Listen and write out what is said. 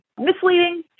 misleading